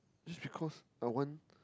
just because I want